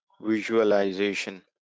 Visualization